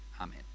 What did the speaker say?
Amen